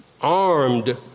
armed